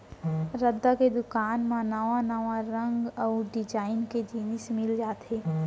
रद्दा के दुकान म नवा नवा रंग अउ डिजाइन के जिनिस मिल जाथे